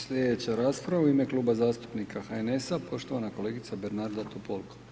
Slijedeća rasprava u ime Kluba zastupnika HNS, poštovana kolegica Bernarda Topolko.